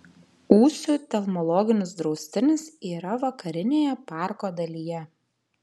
ūsių telmologinis draustinis yra vakarinėje parko dalyje